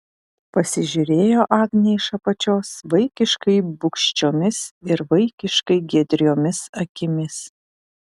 pasižiūrėjo agnė iš apačios vaikiškai bugščiomis ir vaikiškai giedriomis akimis